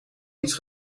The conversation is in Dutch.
iets